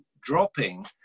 dropping